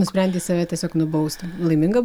nusprendei save tiesiog nubausti laiminga